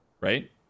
Right